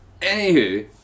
Anywho